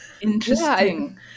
Interesting